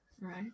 Right